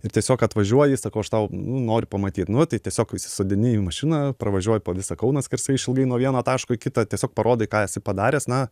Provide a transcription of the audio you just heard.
ir tiesiog atvažiuoji ir sakau aš tau nu noriu pamatyt nu tai tiesiog įsisodini į mašiną pravažiuoji po visą kauną skersai išilgai nuo vieno taško į kitą tiesiog parodai ką esi padaręs na